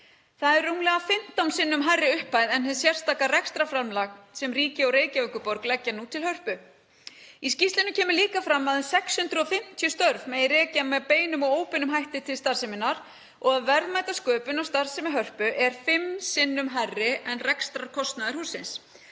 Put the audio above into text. Það er rúmlega 15 sinnum hærri upphæð en hið sérstaka rekstrarframlag sem ríki og Reykjavíkurborg leggja nú til Hörpu. Í skýrslunni kemur líka fram að um 650 störf megi rekja með beinum og óbeinum hætti til starfseminnar og að verðmætasköpun í starfsemi Hörpu sé fimm sinnum hærri en rekstrarkostnaður hússins.